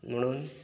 म्हणून